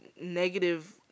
negative